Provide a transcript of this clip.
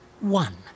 One